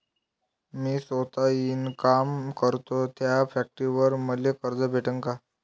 मी सौता इनकाम करतो थ्या फॅक्टरीवर मले कर्ज भेटन का?